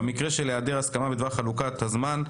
במקרה של היעדר הסכמה בדבר חלוקת הזמן,